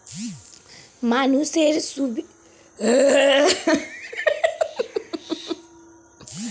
মানুষের সুবিধার জন্য আমাদের দেশে অনেক ভারতীয় পরিকল্পনা রয়েছে